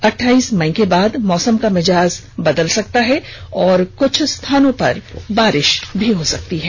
अठाइस मई के बाद मौसम का मिजाज बदल सकता है और कुछ स्थानों पर बारिष हो सकती है